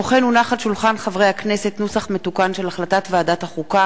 מאת חברי הכנסת חנין זועבי וג'מאל זחאלקה,